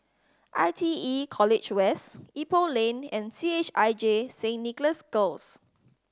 I T E College West Ipoh Lane and C H I J Saint Nicholas Girls